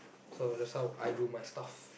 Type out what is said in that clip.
so that's how I do my stuff